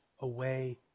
away